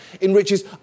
enriches